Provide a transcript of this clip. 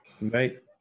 Right